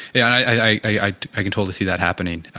yeah, i i can totally see that happening,